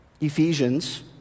Ephesians